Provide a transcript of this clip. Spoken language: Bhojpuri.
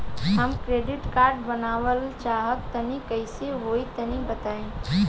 हम क्रेडिट कार्ड बनवावल चाह तनि कइसे होई तनि बताई?